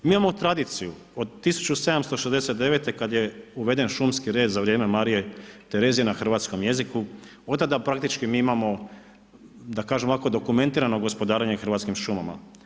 Mi imamo tradiciju od 1769. kada je uveden šumski red za vrijeme Marije Terezije na hrvatskom jeziku od tada praktički mi imamo da kažem ovako dokumentirano gospodarenje hrvatskim šumama.